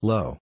Low